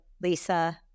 Lisa